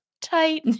tight